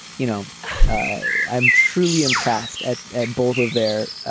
you know i'm truly impressed at at both of their